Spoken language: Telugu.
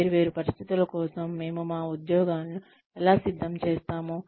వేర్వేరు పరిస్థితుల కోసం మేము మా ఉద్యోగులను ఎలా సిద్ధం చేస్తాము